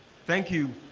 thank you